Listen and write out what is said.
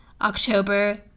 October